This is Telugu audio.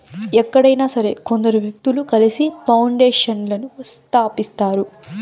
ఎక్కడైనా సరే కొందరు వ్యక్తులు కలిసి పౌండేషన్లను స్థాపిస్తారు